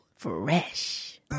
fresh